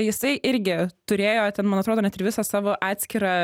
jisai irgi turėjo ten man atrodo net ir visą savo atskirą